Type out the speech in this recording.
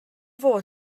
fod